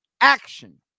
action